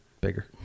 bigger